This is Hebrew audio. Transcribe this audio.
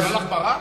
שלא הלך ברק.